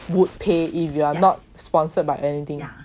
would pay if you are not sponsored by anything